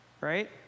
right